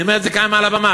אני אומר את זה כאן מעל הבמה,